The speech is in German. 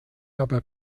aber